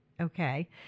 Okay